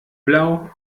blau